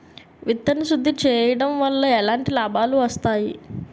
విత్తన శుద్ధి చేయడం వల్ల ఎలాంటి లాభాలు వస్తాయి?